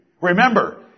Remember